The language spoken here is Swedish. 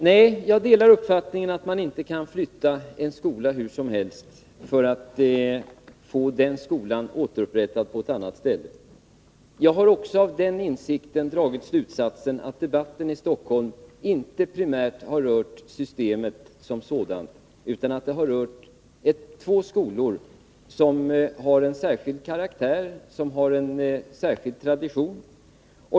Herr talman! Jag delar uppfattningen att man inte kan flytta en skola hur som helst för att få verksamheten återupprättad på ett annat ställe. Med den insikten har jag dragit slutsatsen att debatten i Stockholm inte primärt har rört systemet som sådant, utan att den handlat om två skolor, som har en särskild karaktär och en särskild tradition.